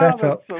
setup